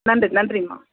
நன்றி நன்றிம்மா